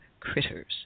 critters